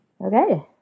Okay